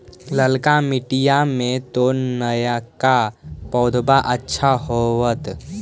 ललका मिटीया मे तो नयका पौधबा अच्छा होबत?